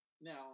Now